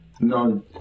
No